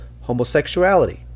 homosexuality